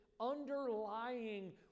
underlying